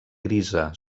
grisa